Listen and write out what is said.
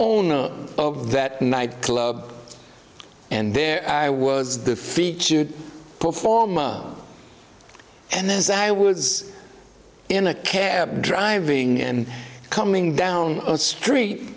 owner of that nightclub and there i was the featured performer and then as i was in a cab driving and coming down a street